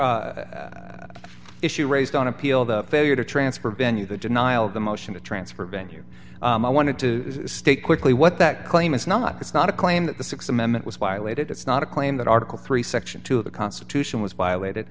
another issue raised on appeal the failure to transfer venue the denial of the motion to transfer venue i wanted to state quickly what that claim is not it's not a claim that the th amendment was violated it's not a claim that article three section two of the constitution was violated